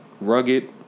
Rugged